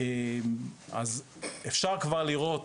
אז אפשר כבר לראות